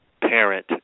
parent